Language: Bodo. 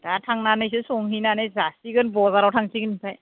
दा थांनानैसो संहैनानै जासिगोन बाजाराव थांसिगोन ओमफ्राय